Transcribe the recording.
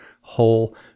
whole